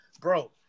bro